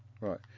Right